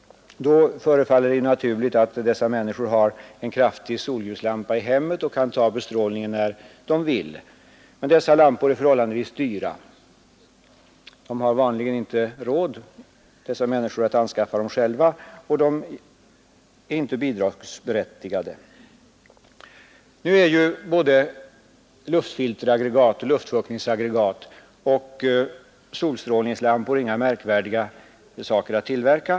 Det förefaller då naturligt att dessa människor bör ha en kraftig solljuslampa i hemmet och kan ta bestrålningen när de vill, men dessa lampor är förhållandevis dyra. De sjuka har vanligen inte råd att skaffa sådana lampor, som inte är bidragsberättigade. Emellertid är luftfilteroch luftfuktningsaggregat och solstrålningslampor inga märkvärdiga saker att tillverka.